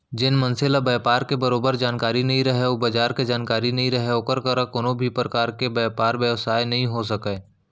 जेन मनसे ल बयपार के बरोबर जानकारी नइ रहय अउ बजार के जानकारी नइ रहय ओकर करा कोनों भी परकार के बयपार बेवसाय नइ हो सकय